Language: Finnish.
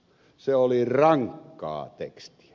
se oli rankkaa tekstiä